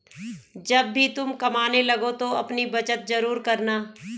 जब भी तुम कमाने लगो तो अपनी बचत जरूर करना